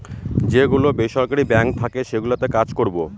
যে গুলো বেসরকারি বাঙ্ক থাকে সেগুলোতে কাজ করবো